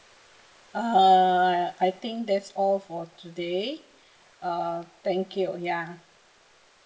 err I think that's all for today uh thank you ya